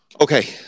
Okay